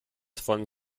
von